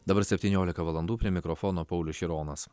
dabar septyniolika valandų prie mikrofono paulius šironas